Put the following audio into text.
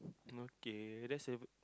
okay that's a bit